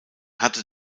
hatte